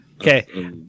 Okay